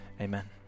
amen